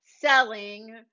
selling